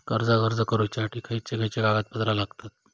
कर्जाक अर्ज करुच्यासाठी खयचे खयचे कागदपत्र लागतत